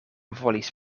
volis